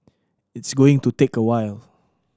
it's going to take a while